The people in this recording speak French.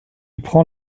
prend